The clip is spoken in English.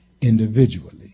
individually